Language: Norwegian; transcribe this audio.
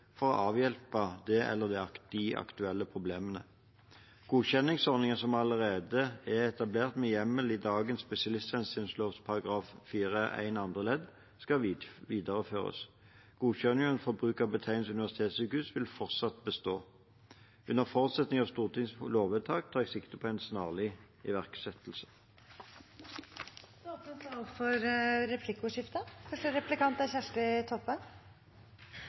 for å avhjelpe det eller de aktuelle problemene. Godkjenningsordningen som allerede er etablert med hjemmel i dagens spesialisthelsetjenestelov § 4-1 andre ledd, skal videreføres. Godkjenningen for bruk av betegnelsen «universitetssykehus» vil fortsatt bestå. Under forutsetning av Stortingets lovvedtak tar jeg sikte på en snarlig iverksettelse. Det blir replikkordskifte.